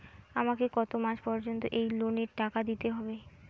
আমাকে কত মাস পর্যন্ত এই লোনের টাকা দিতে হবে?